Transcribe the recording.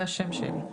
זה השם שלי.